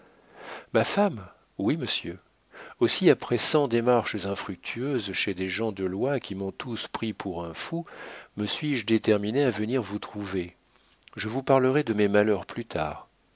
ma femme oui monsieur aussi après cent démarches infructueuses chez des gens de loi qui m'ont tous pris pour un fou me suis-je déterminé à venir vous trouver je vous parlerai de mes malheurs plus tard